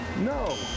No